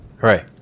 right